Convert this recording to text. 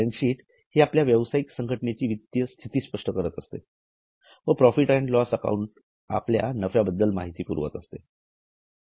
balance sheet हि आपल्या व्यावसायिक संघटनेची वित्तीय स्थिती स्पष्ट करते व प्रॉफिट अँड लॉस अकाउंट आपल्या नफ्याबद्दल माहिती पुरविते